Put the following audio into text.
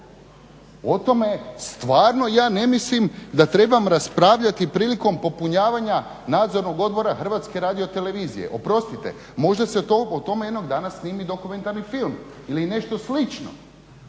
O tome stvarno ja ne mislim da trebam raspravljati prilikom popunjavanja Nadzornog odbora HRT-a, oprostite možda se o tome jednog dana snimi dokumentarni film ili nešto slično.